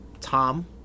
Tom